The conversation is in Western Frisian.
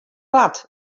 bard